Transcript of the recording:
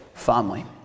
family